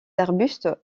arbuste